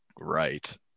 right